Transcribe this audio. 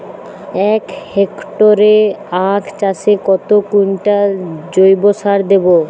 এক হেক্টরে আখ চাষে কত কুইন্টাল জৈবসার দেবো?